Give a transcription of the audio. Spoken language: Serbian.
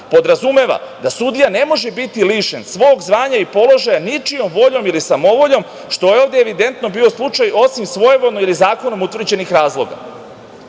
podrazumeva da sudija ne može biti lišen svog zvanja i položaja ničijom voljom ili samovoljom što je ovde evidentno bio slučaj, osim svojevoljno ili zakonom utvrđenih razloga. Takođe,